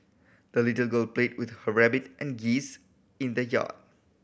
the little girl played with her rabbit and geese in the yard